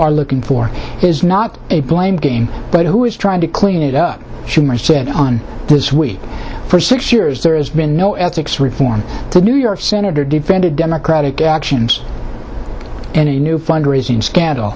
are looking for is not a blame game but who is trying to clean it up schumer said on this week for six years there has been no ethics reform the new york senator defended democratic actions and a new fund raising scandal